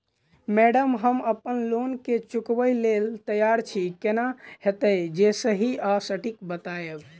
Madam हम अप्पन loan केँ चुकाबऽ लैल तैयार छी केना हएत जे सही आ सटिक बताइब?